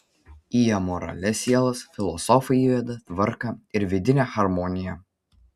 į amoralias sielas filosofai įveda tvarką ir vidinę harmoniją